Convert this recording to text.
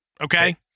Okay